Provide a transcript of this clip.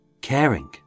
caring